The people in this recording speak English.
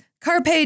Carpe